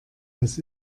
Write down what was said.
dass